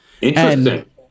Interesting